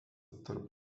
tarp